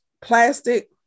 plastic